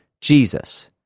Jesus